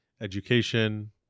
education